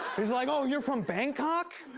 he's like, oh, you're from bangkok?